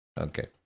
Okay